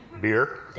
Beer